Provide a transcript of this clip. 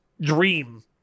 dream